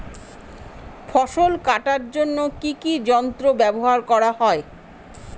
ফসল কাটার জন্য কি কি যন্ত্র ব্যাবহার করা হয়?